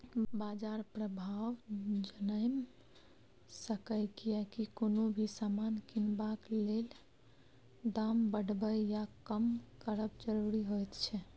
बाजार प्रभाव जनैम सकेए कियेकी कुनु भी समान किनबाक लेल दाम बढ़बे या कम करब जरूरी होइत छै